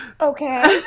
Okay